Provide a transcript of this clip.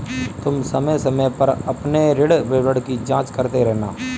तुम समय समय पर अपने ऋण विवरण की जांच करते रहना